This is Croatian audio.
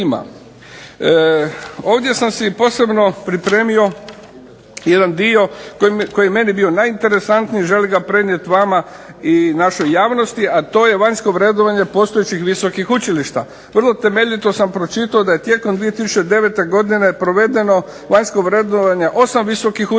Ovdje sam si posebno pripremio jedan dio koji je meni bio najinteresantniji, želim ga prenijeti vama i našoj javnosti, a to je vanjsko vrednovanje postojećih visokih učilišta. Vrlo temeljito sam pročitao da je tijekom 2009. godine provedeno vanjsko vrednovanje 8 visokih učilišta,